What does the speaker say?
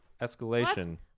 Escalation